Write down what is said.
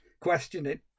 questioning